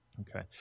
Okay